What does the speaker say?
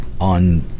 on